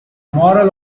moral